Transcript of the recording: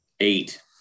Eight